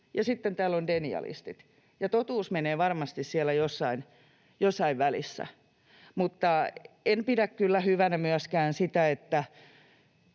ja sitten täällä on denialistit, ja totuus menee varmasti jossain siellä välissä. Mutta en pidä kyllä hyvänä myöskään sitä, että